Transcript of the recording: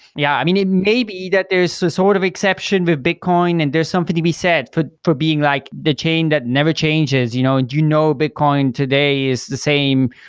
yeah, i mean, maybe that there's some so sort of exception with bitcoin and there's something to be said for for being like the chain that never changes. you know and you know bitcoin today is the same,